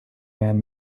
man